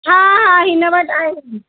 हा हा हिन वटि आहिनि